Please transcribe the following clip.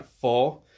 four